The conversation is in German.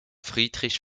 friedrich